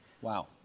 Wow